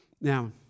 Now